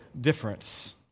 difference